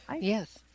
Yes